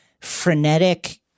frenetic